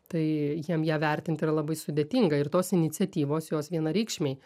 tai jiem ją vertint yra labai sudėtinga ir tos iniciatyvos jos vienareikšmiai